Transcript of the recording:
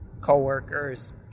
coworkers